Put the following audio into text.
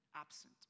absent